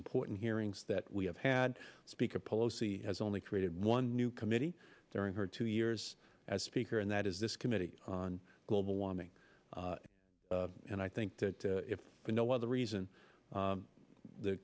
important hearings that we have had speaker pelosi has only created one new committee during her two years as speaker and that is this committee on global warming and i think that if for no other reason